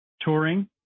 touring